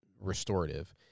restorative